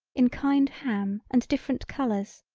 in kind ham and different colors,